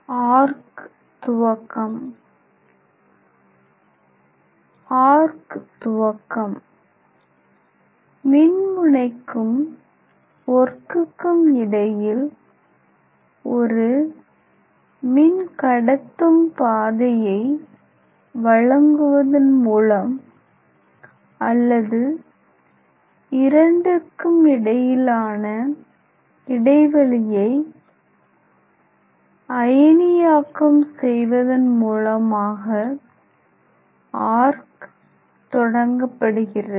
arc துவக்கம் arc துவக்கம் மின்முனைக்கும் ஒர்க்குக்கும் இடையில் ஒரு மின்கடத்தும் பாதையை வழங்குவதன் மூலம் அல்லது இரண்டிற்கும் இடையிலான இடைவெளியை அயனியாக்கம் செய்தல் மூலமாக ஆர்க் தொடங்கப்படுகிறது